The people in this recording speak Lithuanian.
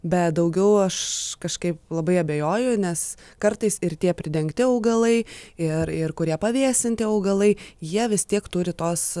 bet daugiau aš kažkaip labai abejoju nes kartais ir tie pridengti augalai ir ir kurie pavėsinti augalai jie vis tiek turi tos